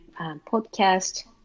podcast